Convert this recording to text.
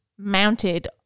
mounted